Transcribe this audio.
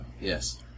Yes